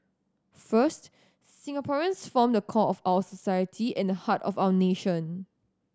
first Singaporeans form the core of our society and heart of our nation